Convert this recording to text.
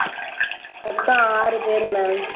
மொத்தம் ஆறு பேர் மேம்